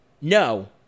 No